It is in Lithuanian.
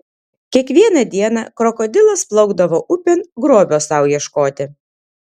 kiekvieną dieną krokodilas plaukdavo upėn grobio sau ieškoti